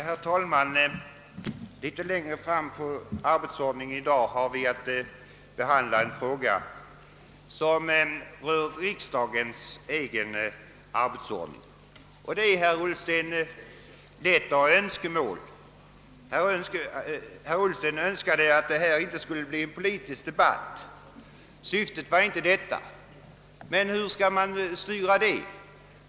Herr talman! Litet längre fram på föredragningslistan har vi att behandla en fråga som rör riksdagens egen arbetsordning. Det är lätt att framställa önskemål. Herr Ullsten sade att syftet inte var att det skulle uppstå en politisk debatt, men hur skall man styra utvecklingen i det fallet?